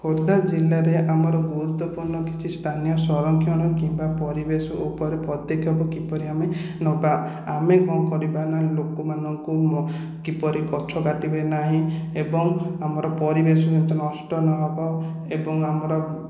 ଖୋର୍ଦ୍ଧା ଜିଲ୍ଲାରେ ଆମର ଗୁରୁତ୍ୱପୂର୍ଣ୍ଣ କିଛି ସ୍ଥାନୀୟ ସଂରକ୍ଷଣ କିମ୍ବା ପରିବେଶ ଉପରେ ପଦକ୍ଷେପ କିପରି ଆମେ ନେବା ଆମେ କ'ଣ କରିବା ନା ଲୋକମାନଙ୍କୁ କିପରି ଗଛ କାଟିବେ ନାହିଁ ଏବଂ ଆମର ପରିବେଶ ଯେମିତି ନଷ୍ଟ ନ ହେବ ଏବଂ ଆମର